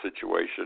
situation